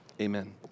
amen